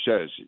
says